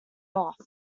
off